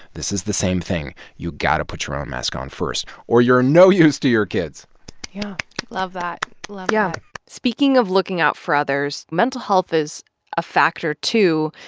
this is the same thing. you got to put your own mask on first or you're no use to your kids yeah love that yeah speaking of looking out for others, mental health is a factor, too.